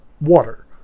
water